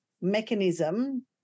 mechanism